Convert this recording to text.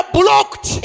blocked